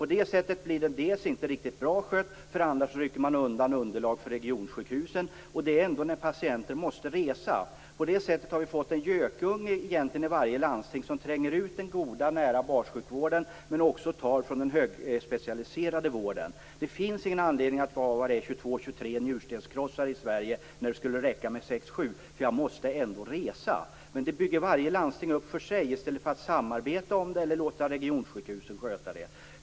På det sättet blir det inte bra skött och underlag rycks undan för regionsjukhusen. Patienten måste resa. På det sättet har det blivit en gökunge i varje landsting som tränger ut den goda, nära bassjukvården men som också tar resurser från den högspecialiserade vården. Det finns ingen anledning att ha 22-23 njurstenskrossar i Sverige när det kan räcka med 6-7. Patienten måste ändå resa. Nu bygger varje landsting upp var och en för sig i stället för att samarbeta eller låta regionsjukhusen sköta det hela.